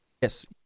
Yes